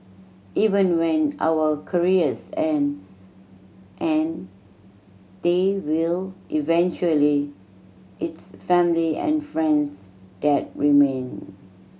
even when our careers end and they will eventually it's family and friends that remain